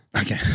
Okay